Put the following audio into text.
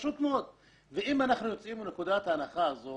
אם אנחנו יוצאים מנקודת ההנחה הזאת